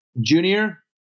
Junior